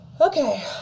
Okay